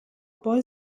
boy